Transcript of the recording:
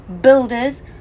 builders